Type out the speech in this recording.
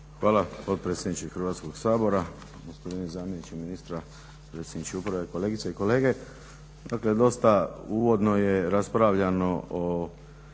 Hvala potpredsjedniče Hrvatskog sabora, gospodine zamjeniče ministra predsjedniče uprave, kolegice i kolege. Dakle, dosta uvodno je raspravljano o